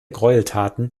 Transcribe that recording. gräueltaten